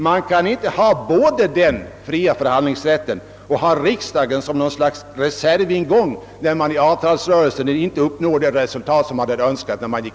Man kan inte ha både en fri förhandlingsrätt och riksdagen som något slags reservingång när man i avtalsrörelsen inte uppnår de resultat man önskade.